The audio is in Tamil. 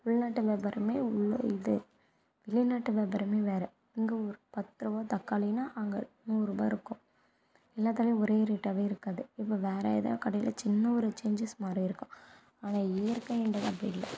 உள்நாட்டு வியாபாரமே உள் இது வெளிநாட்டு வியாபாரமே வேறே இங்கே ஒரு பத்து ருவா தக்காளின்னா அங்கே நூறுரூபா இருக்கும் எல்லாத்துலேயும் ஒரே ரேட்டாகவே இருக்காது இப்போ வேற ஏதாவது கடையில் சின்ன ஒரு சேஞ்சஸ் மாறி இருக்கும் ஆனால் இயற்கைன்றது அப்படி இல்லை